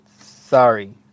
Sorry